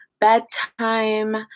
bedtime